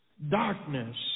Darkness